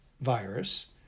virus